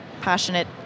passionate